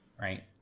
right